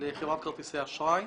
לחברת כרטיסי האשראי.